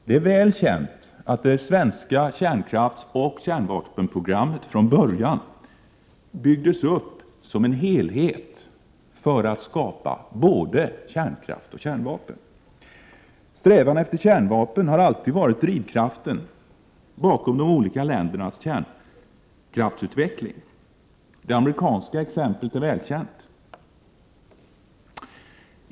Det är väl känt att det svenska kärnkraftsoch kärnvapenprogrammet från början byggdes upp som en helhet för att skapa både kärnkraft och kärnvapen. Strävan efter kärnvapen har alltid varit drivkraften bakom de olika ländernas kärnkraftsutveckling. Det amerikanska exemplet är välkänt.